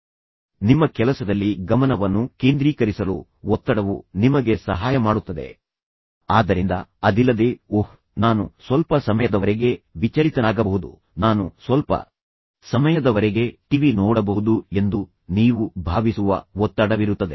ನಿಮ್ಮ ಕೆಲಸದಲ್ಲಿ ದೃಢನಿಶ್ಚಯದ ಮೇಲೆ ನಿಮ್ಮ ಗಮನವನ್ನು ಕೇಂದ್ರೀಕರಿಸಲು ಒತ್ತಡವು ನಿಮಗೆ ಸಹಾಯ ಮಾಡುತ್ತದೆ ಆದ್ದರಿಂದ ಅದಿಲ್ಲದೇ ಓಹ್ ನಾನು ಸ್ವಲ್ಪ ಸಮಯದವರೆಗೆ ವಿಚಲಿತನಾಗಬಹುದು ನಾನು ಸ್ವಲ್ಪ ಸಮಯದವರೆಗೆ ಟಿವಿ ನೋಡಬಹುದು ಎಂದು ನೀವು ಭಾವಿಸುವ ಒತ್ತಡವಿರುತ್ತದೆ